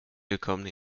willkommen